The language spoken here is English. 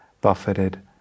buffeted